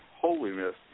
holiness